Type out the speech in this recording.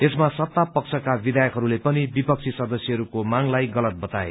यसमा सत्ता पक्षका विधायकहस्ले पनि विपक्षी सदस्यहरूको मागलाई गलत बताए